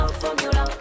formula